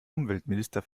umweltminister